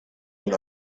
and